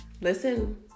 listen